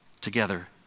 Together